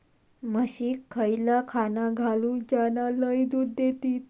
म्हशीक खयला खाणा घालू ज्याना लय दूध देतीत?